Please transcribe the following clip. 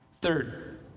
Third